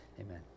Amen